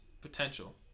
potential